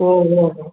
ओ ओ ओ